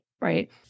right